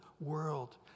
world